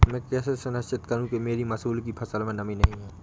मैं कैसे सुनिश्चित करूँ कि मेरी मसूर की फसल में नमी नहीं है?